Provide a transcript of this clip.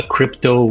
Crypto